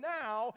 now